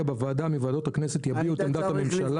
בוועדה מוועדות הכנסת יביעו את עמדת הממשלה,